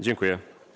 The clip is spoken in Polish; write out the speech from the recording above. Dziękuję.